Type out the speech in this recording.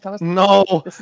No